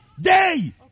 day